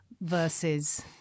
versus